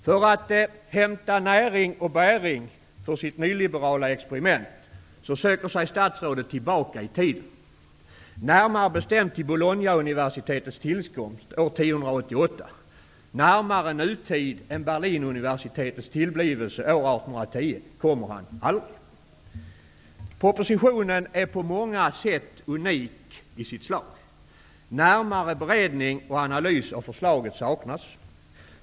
För att hämta näring och bäring för sitt nyliberala experiment söker sig statsrådet tillbaka i tiden, närmare bestämt till Bolognauniversitetets tillkomst år 1088. Närmare nutid än Berlinuniversitetets tillblivelse år 1810 kommer han aldrig. Propositionen är på många sätt unik i sitt slag. Närmare beredning och analys av förslaget saknas.